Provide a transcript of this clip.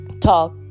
talk